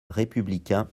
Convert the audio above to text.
républicain